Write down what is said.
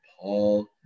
Paul